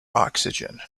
oxygen